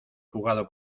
jugado